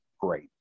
great